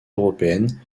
européennes